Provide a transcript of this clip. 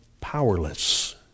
powerless